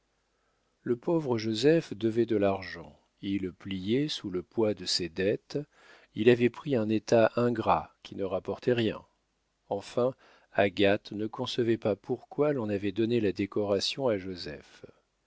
le pauvre joseph devait de l'argent il pliait sous le poids de ses dettes il avait pris un état ingrat qui ne rapportait rien enfin agathe ne concevait pas pourquoi l'on avait donné la décoration à joseph